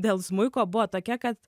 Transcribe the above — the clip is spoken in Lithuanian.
dėl smuiko buvo tokia kad